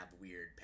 weird